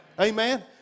Amen